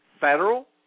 federal